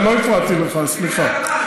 אני לא הפרעתי לך, סליחה.